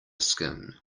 skin